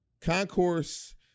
Concourse